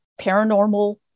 paranormal